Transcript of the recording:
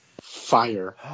Fire